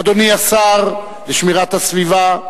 אדוני השר לשמירת הסביבה,